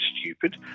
stupid